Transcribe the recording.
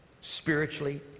spiritually